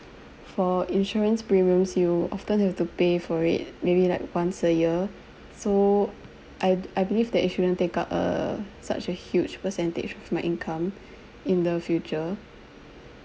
for insurance premiums you often have to pay for it maybe like once a year so I I believe that it shouldn't take up err such a huge percentage of my income in the future